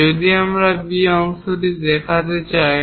আমি যদি B অংশটি দেখাতে চাই